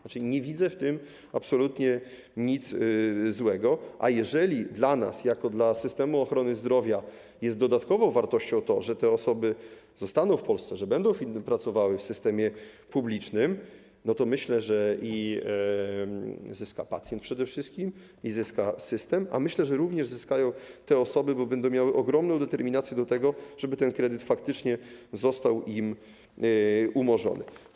Nie widzę w tym absolutnie nic złego, a jeżeli dla nas, dla systemu ochrony zdrowia jest dodatkową wartością to, że te osoby zostaną w Polsce i będą pracowały w systemie publicznym, to myślę, że zyska przede wszystkim pacjent i zyska system, a także zyskają te osoby, bo będą miały ogromną determinację do tego, żeby ten kredyt faktycznie został im umorzony.